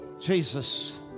Jesus